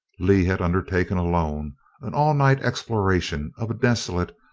lee had undertaken alone an all-night exploration of a desolate,